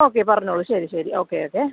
okay പറഞ്ഞോളൂ ശരി ശരി ഓക്കെ ഓക്കെ